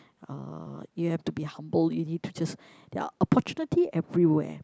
uh you have to be humble you need to just there are opportunity everywhere